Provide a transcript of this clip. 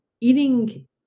eating